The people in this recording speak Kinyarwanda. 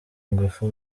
ingufu